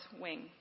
Wing